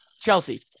Chelsea